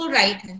right